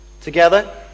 Together